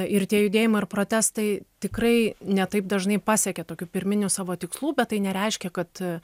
ir tie judėjimai ir protestai tikrai ne taip dažnai pasiekia tokių pirminių savo tikslų bet tai nereiškia kad